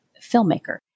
filmmaker